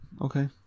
Okay